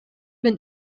been